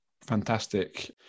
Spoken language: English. fantastic